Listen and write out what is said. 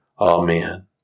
Amen